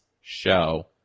show